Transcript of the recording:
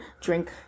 drink